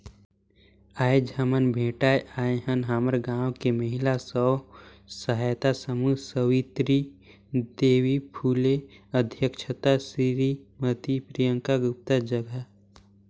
आयज हमन भेटाय आय हन हमर गांव के महिला स्व सहायता समूह सवित्री देवी फूले अध्यक्छता सिरीमती प्रियंका गुप्ता जघा